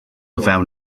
fewn